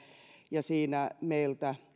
ja siinä meiltä